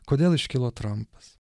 kodėl iškilo trampas